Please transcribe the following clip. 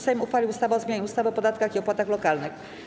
Sejm uchwalił ustawę o zmianie ustawy o podatkach i opłatach lokalnych.